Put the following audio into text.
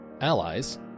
Allies